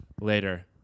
later